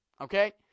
Okay